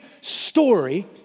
story